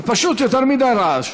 זה פשוט יותר מדי רעש.